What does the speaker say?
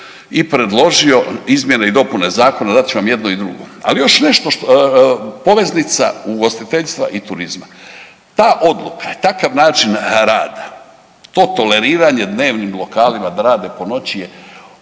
i predložio izmjene i dopune zakona dat ću vam jedno i drugo. Ali još nešto, poveznica ugostiteljstva i turizma. Ta odluka, takav način rada, to toleriranje dnevnim lokalima da rade po noći je